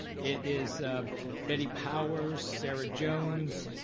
it is betty powers, sarah jones,